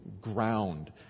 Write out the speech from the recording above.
ground